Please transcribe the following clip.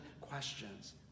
questions